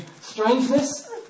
strangeness